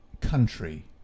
country